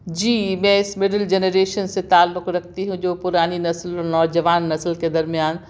جی میں اس middle generation سے تعلق رکھتی ہوں جو پرانی نسل اور نوجوان نسل کے درمیان